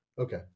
okay